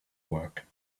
work